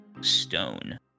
stone